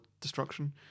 destruction